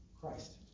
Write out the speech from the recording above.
Christ